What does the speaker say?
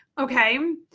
okay